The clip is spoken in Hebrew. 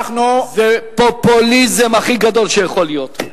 זה פופוליזם הכי גדול שיכול להיות,